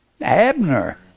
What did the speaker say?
Abner